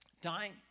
Dying